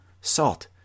salt